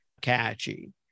catchy